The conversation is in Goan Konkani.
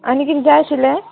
आनी किदें जाय आशिल्लें